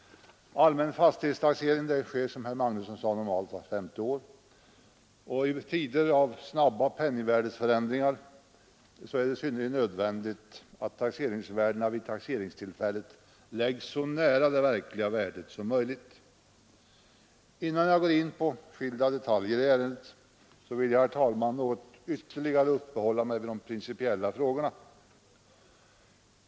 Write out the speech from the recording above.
Allmän fastighetstaxering äger, som herr Magnusson i Borås sade, rum vart femte år. I tider av snabba penningvärdeförändringar är det synnerligen nödvändigt att taxeringsvärdet vid taxeringstillfället läggs så nära det verkliga värdet som möjligt. Innan jag går in på skilda detaljer i ärendet vill jag, herr talman, ytterligare något uppehålla mig vid de principiella frågorna.